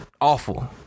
awful